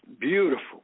Beautiful